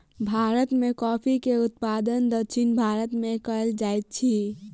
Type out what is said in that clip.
भारत में कॉफ़ी के उत्पादन दक्षिण भारत में कएल जाइत अछि